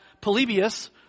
Polybius